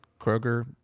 Kroger